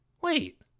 Wait